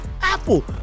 apple